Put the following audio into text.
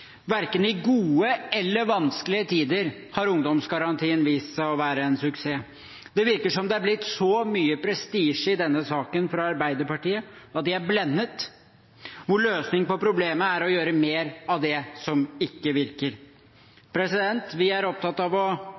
Verken i gode eller i vanskelige tider har ungdomsgarantien vist seg å være en suksess. Det virker som om det har blitt så mye prestisje i denne saken fra Arbeiderpartiet at de er blendet, og løsningen på problemet er å gjøre mer av det som ikke virker. Vi er opptatt av å